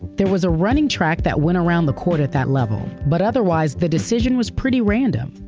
there was a running track that went around the court at that level, but otherwise, the decision was pretty random,